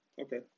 Okay